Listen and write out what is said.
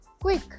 Quick